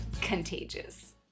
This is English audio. contagious